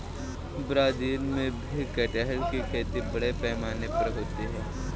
Brazil में भी कटहल की खेती बड़े पैमाने पर होती है